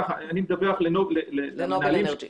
אני מדווח לנובל אנרג'י.